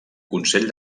consell